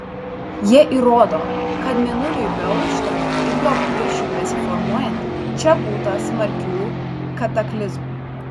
jie įrodo kad mėnuliui beauštant ir jo paviršiui besiformuojant čia būta smarkių kataklizmų